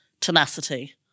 Tenacity